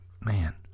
man